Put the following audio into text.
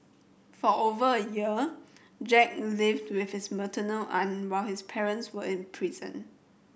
for over a year Jack lived with his maternal aunt while his parents were in prison